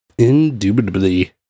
Indubitably